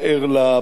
וכבר ראה את הבעיה,